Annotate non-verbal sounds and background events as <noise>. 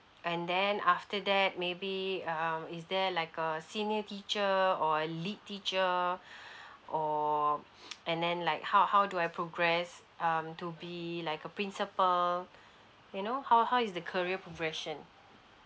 and then after that maybe um is there like a senior teacher or lead teacher <breath> or <noise> and then like how how do I progress um to be like a principal you know how how is the career progression